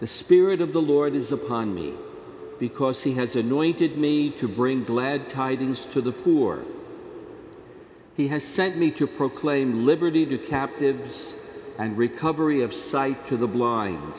the spirit of the lord is upon me because he has anointed me to bring glad tidings to the poor he has sent me to proclaim liberty to captives and recovery of sight to the blind